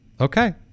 Okay